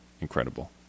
incredible